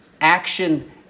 Action